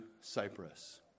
Cyprus